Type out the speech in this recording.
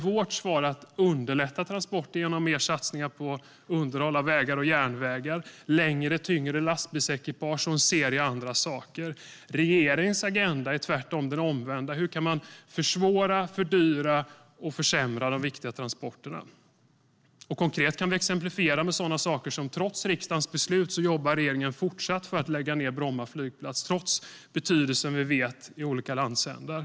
Vårt svar är att underlätta transporter genom mer satsningar på underhåll av vägar och järnvägar, längre och tyngre lastbilsekipage och en serie andra saker. Regeringens agenda är tvärtom den omvända: Hur kan man försvåra, försämra och fördyra de viktiga transporterna? Vi kan konkret exemplifiera med sådana saker som att regeringen trots riksdagens beslut fortsatt jobbar för att lägga ned Bromma flygplats. Detta gör man trots den betydelse vi vet att flygplatsen har för olika landsändar.